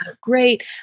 great